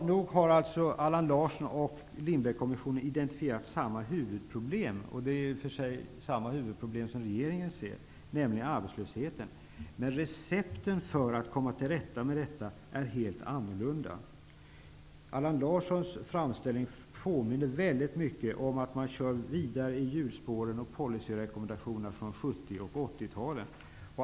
Nog har Allan Larsson och Lindbeckkommissionen identifierat samma huvudproblem, och det är i och för sig samma huvudproblem som regeringen ser, nämligen arbetslösheten. Men recepten för att komma till rätta med detta problem är helt annorlunda. Allan Larssons framställning påminner väldigt mycket om att man kör vidare i hjulspåren och policyrekommendationerna från 70 och 80-talen.